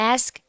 Ask